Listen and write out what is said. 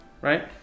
Right